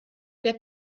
der